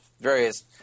various